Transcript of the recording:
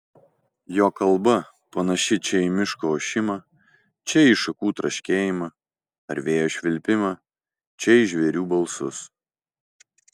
jo kalba panaši čia į miško ošimą čia į šakų traškėjimą ar vėjo švilpimą čia į žvėrių balsus